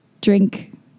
drink